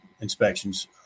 inspections